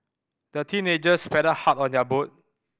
the teenagers paddled hard on their boat